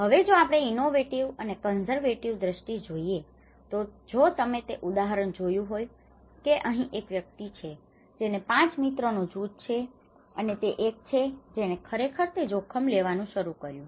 હવે જો આપણે ઇનોવેટિવ અને કન્ઝર્વેટિવ દ્રષ્ટિએ જોઈએ જો તમે તે ઉદાહરણ જોયું હોય તો કે અહીં એક વ્યક્તિ છે જેને 5 મિત્રોનું જૂથ છે અને તે એક છે જેણે ખરેખર તે જોખમ લેવાનું શરુ કર્યું છે